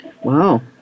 Wow